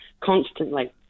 constantly